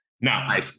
Now